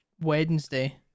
wednesday